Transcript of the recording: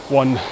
one